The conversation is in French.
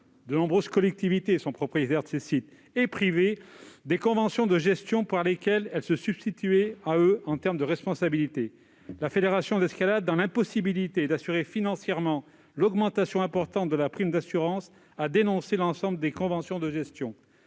de nombreuses collectivités sont propriétaires de ces sites -ou privés des conventions de gestion, au travers desquelles elle se substituait à eux du point de vue de la responsabilité. Cependant, la Fédération, se trouvant dans l'impossibilité d'assurer financièrement l'augmentation importante de la prime d'assurance exigée, a dénoncé l'ensemble de ces conventions de gestion.